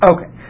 Okay